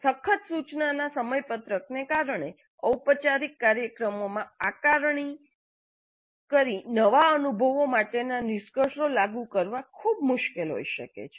સખત સૂચનાના સમયપત્રકને કારણે ઔપચારિક કાર્યક્રમોમાં આકારણી કરી નવા અનુભવ માટેનાં નિષ્કર્ષો લાગુ કરવા ખૂબ મુશ્કેલ હોઈ શકે છે